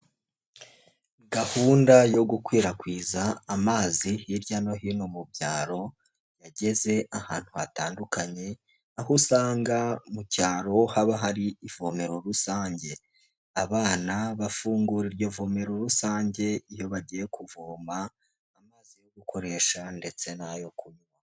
Gahunda yo gukwirakwiza amazi hirya no hino mu byaro yageze ahantu hatandukanye, aho usanga mu cyaro haba hari ivomero rusange. Abana bafungura iryo vomero rusange iyo bagiye kuvoma amazi yo gukoresha ndetse n'ayo kunywa.